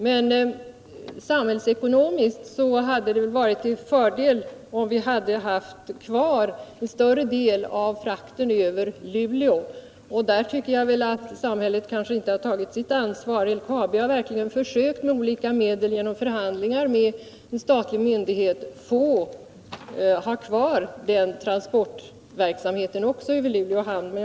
Men samhällsekonomiskt skulle det vara till fördel om vi hade kvar en större del av frakten över Luleå. Där tycker jag att samhället inte helt har tagit sitt ansvar. LKAB har verkligen med olika medel — genom förhandlingar med en statlig myndighet — försökt få ha kvar också transportverksamheten över Luleåhamnen.